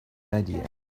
idea